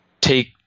take